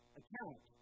account